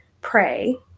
pray